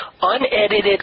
Unedited